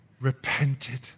repented